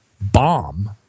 bomb